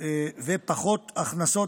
ופחות הכנסות.